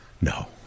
no